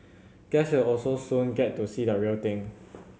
guests will also soon get to see the real thing